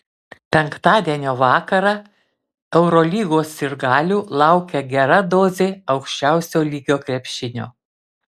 penktadienio vakarą eurolygos sirgalių laukia gera dozė aukščiausio lygio krepšinio